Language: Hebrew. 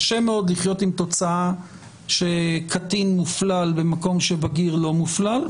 קשה מאוד לחיות עם תוצאה שקטין במופלל במקום שבגיר לא מופלל.